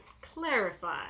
Clarify